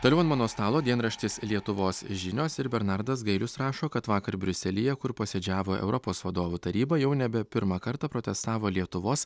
toliau ant mano stalo dienraštis lietuvos žinios ir bernardas gailius rašo kad vakar briuselyje kur posėdžiavo europos vadovų taryba jau nebe pirmą kartą protestavo lietuvos